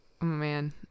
man